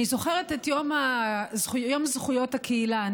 אני זוכרת את יום זכויות הקהילה.